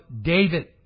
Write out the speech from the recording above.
David